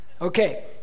okay